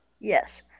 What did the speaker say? Yes